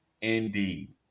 Indeed